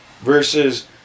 versus